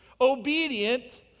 Obedient